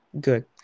good